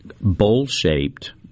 Bowl-shaped